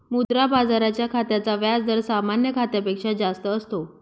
मुद्रा बाजाराच्या खात्याचा व्याज दर सामान्य खात्यापेक्षा जास्त असतो